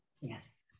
Yes